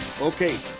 Okay